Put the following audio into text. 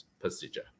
procedure